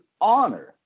honor